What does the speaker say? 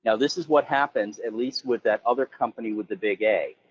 yeah this is what happens, at least with that other company with the big a,